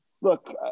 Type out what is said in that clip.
Look